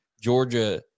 Georgia